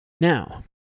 Now